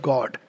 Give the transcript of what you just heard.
God